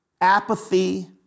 apathy